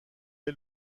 est